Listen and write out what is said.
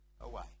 away